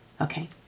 Okay